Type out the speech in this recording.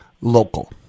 local